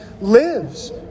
lives